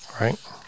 Right